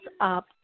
up